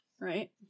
right